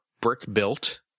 brick-built